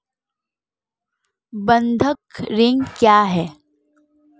बंधक ऋण क्या है?